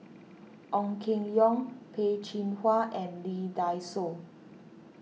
Ong Keng Yong Peh Chin Hua and Lee Dai Soh